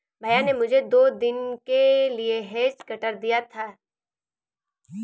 भैया ने मुझे दो दिन के लिए हेज कटर दिया है